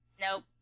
Nope